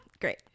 great